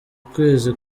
ukwezi